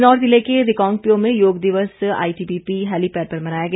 किन्नौर जिले के रिकांगपिओ में योग दिवस आईटीबीपी हैलीपैड पर मनाया गया